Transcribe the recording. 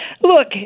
Look